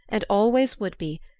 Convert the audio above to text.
and always would be,